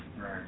Right